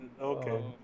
okay